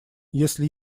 если